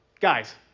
guys